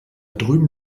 drüben